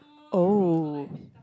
oh